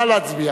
נא להצביע.